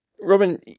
Robin